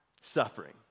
suffering